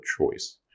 choice